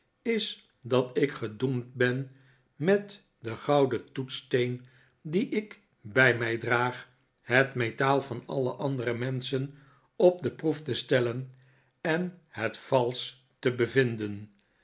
is dat ik gedoemd ben met den gouden toetssteen dien ik bij mij draag het metaal van alle andere menschen op de proef te stellen en het valsch te bevinden